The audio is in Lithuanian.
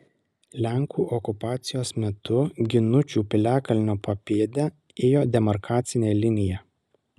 lenkų okupacijos metu ginučių piliakalnio papėde ėjo demarkacinė linija